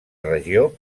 regió